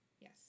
Yes